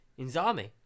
Inzami